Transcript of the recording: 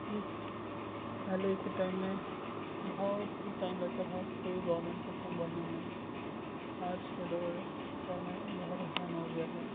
اس پہلے کے ٹائم میں بہت ہی ٹائم لگتا تھا کوئی گورنمنٹ کا فام بھرنے میں آج کے دور دور میں بہت آسان ہو گیا ہے